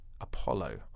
Apollo